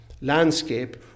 landscape